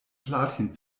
platin